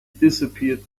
disappeared